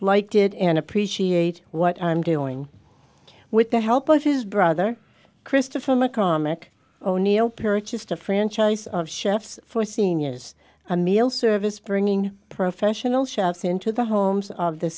liked it and appreciate what i'm doing with the help of his brother christopher mccraw mick o'neil perry just a franchise of chefs for seniors a meal service bringing professional chefs into the homes of the